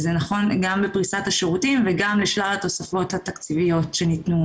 זה נכון גם בפריסת השירותים וגם לשלל התוספות התקציביות שניתנו